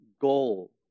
goal